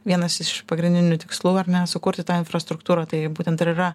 vienas iš pagrindinių tikslų ar ne sukurti tą infrastruktūrą tai būtent ir yra